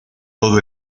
todo